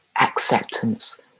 acceptance